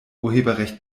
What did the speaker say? urheberrecht